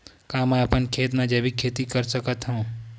का मैं अपन खेत म जैविक खेती कर सकत हंव?